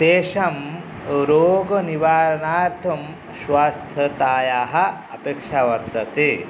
तेषां रोगनिवारणार्थं स्वास्थतायाः अपेक्षा वर्तते